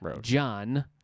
john